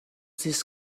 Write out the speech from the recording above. this